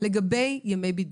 לגבי ימי בידוד.